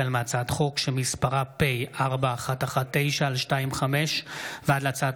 החל בהצעת חוק פ/4119/25 וכלה בהצעת